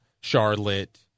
Charlotte